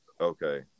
Okay